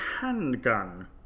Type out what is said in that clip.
handgun